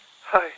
Hi